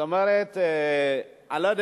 עשר דקות.